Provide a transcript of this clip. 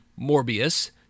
Morbius